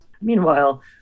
Meanwhile